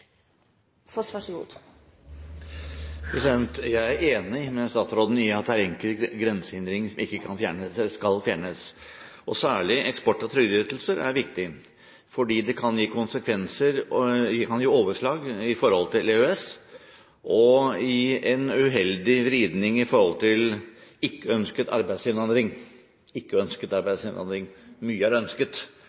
enig med statsråden i at det er enkelte grensehindre som ikke skal fjernes. Særlig eksport av trygdeytelser er viktig, for det kan gi overslag i forhold til EØS og gi en uheldig vridning i forhold til ikke-ønsket arbeidsinnvandring. Mye er ønsket, men eksport av trygdeytelser er kanskje ikke det beste virkemidlet vi har. Så det er